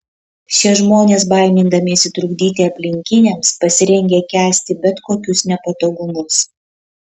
šie žmonės baimindamiesi trukdyti aplinkiniams pasirengę kęsti bet kokius nepatogumus